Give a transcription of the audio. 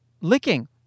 licking